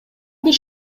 бир